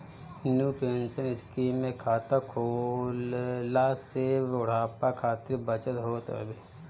new pension scheme में खाता खोलला से बुढ़ापा खातिर बचत होत हवे